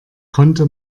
konnte